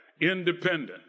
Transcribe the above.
Independent